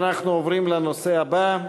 אנחנו עוברים לנושא הבא: